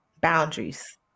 boundaries